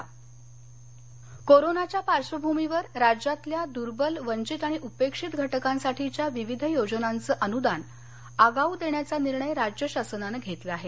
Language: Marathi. आगाऊ अनदान कोरोनाच्या पार्श्वभूमीवर राज्यातल्या दूर्वल वंचित उपेक्षित घटकांसाठीच्या विविध योजनांचं अनुदान आगाऊ देण्याचा निर्णय राज्य शासनानं घेतला आहे